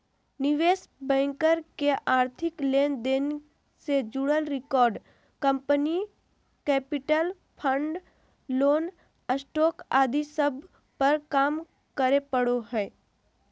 निवेश बैंकर के आर्थिक लेन देन से जुड़ल record, company capital, fund, loan, stock आदि सब पर काम करे पड़ो हय